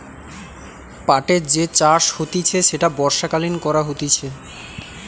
পাটের যে চাষ হতিছে সেটা বর্ষাকালীন করা হতিছে